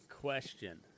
Question